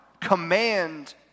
command